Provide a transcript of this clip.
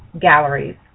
galleries